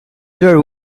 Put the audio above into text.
their